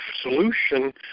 solution